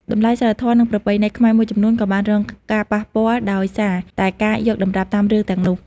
តម្លៃសីលធម៌និងប្រពៃណីខ្មែរមួយចំនួនក៏បានរងការប៉ះពាល់ដោយសារតែការយកតម្រាប់តាមរឿងទាំងនោះ។